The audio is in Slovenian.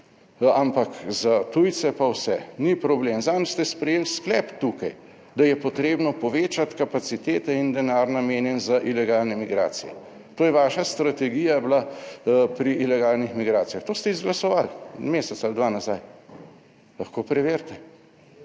ampak za tujce pa vse, ni problem. Zadnjič ste sprejeli sklep tukaj, da je potrebno povečati kapacitete in denar, namenjen za ilegalne migracije. To je vaša strategija bila pri ilegalnih migracijah. To ste izglasovali, en mesec ali dva nazaj, lahko preverite.